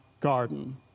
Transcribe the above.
garden